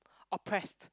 oppressed